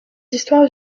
histoires